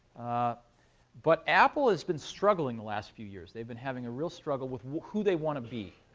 ah but apple has been struggling the last few years. they've been having a real struggle with who they want to be.